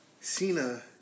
Cena